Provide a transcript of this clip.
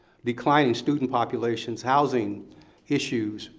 declining student populations, housing issues,